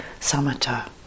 samatha